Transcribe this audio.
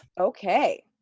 Okay